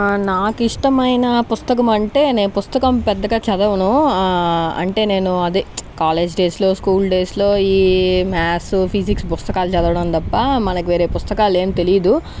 నాకు ఇష్టమైన పుస్తకం అంటే నేను పుస్తకం పెద్దగా చదవను అంటే నేను అదే కాలేజ్ డేస్లో స్కూల్ డేస్లో ఈ మ్యాథ్స్ ఫిజిక్స్ పుస్తకాలు చదవడం తప్ప మనకి వేరే పుస్తకాలు ఏమీ తెలీదు